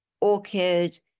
orchid